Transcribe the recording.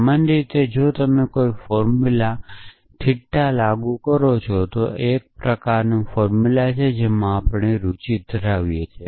સામાન્ય રીતે જો તમે કોઈ ફોર્મુલામાં થીતા લાગુ કરો છો તો આ એક પ્રકારનું ફોર્મુલા છે જેમાં આપણને રુચિ છે